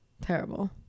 Terrible